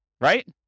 right